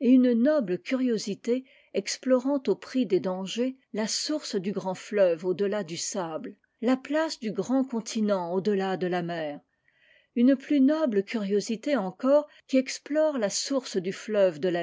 et une noble curiosité explorant au prix des dangers la source du grand fleuve au delà du sable la place du grand continent au delà de la mer une plus noble curiosité encore qui explore la source du fleuve de la